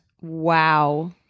Wow